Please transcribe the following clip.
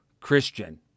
Christian